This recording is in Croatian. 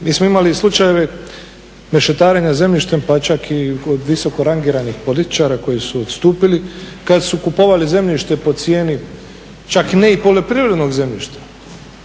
Mi smo imali slučajeve mešetarenja zemljištem pa čak i kod visoko rangiranih političara koji su odstupili kada su kupovali zemljište po cijeni čak ne i poljoprivrednog zemljišta